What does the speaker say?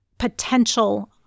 potential